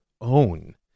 own